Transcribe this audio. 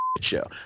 show